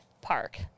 park